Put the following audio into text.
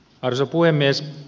arvoisa puhemies